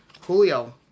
Julio